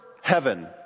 heaven